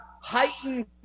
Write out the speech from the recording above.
heightened